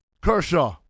Kershaw